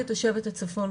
כתושבת הצפון,